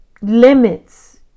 limits